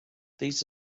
these